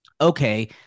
okay